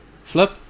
Flip